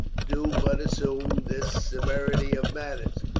do but assume this severity of manners.